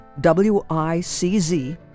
W-I-C-Z